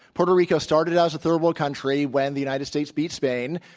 puerto rico started out as a third world country. when the united states beat spain.